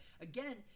again